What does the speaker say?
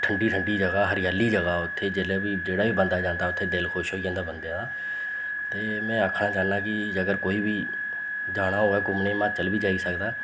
ठंडी ठंडी जगह् हरियाली जगह् उत्थें जेल्लै बी जेह्ड़ा बी बंदा जंदा उत्थें दिल खुश होई जंदा बंदे दा ते में आखना चाह्न्नां कि अगर कोई बी जाना होऐ घूमने गी म्हाचल बी जाई सकदा